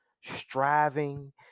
striving